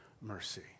mercy